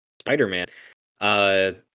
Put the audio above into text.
Spider-Man